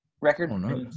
record